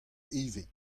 ivez